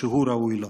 שהוא ראוי לו.